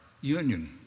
union